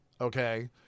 okay